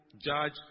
Judge